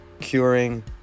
curing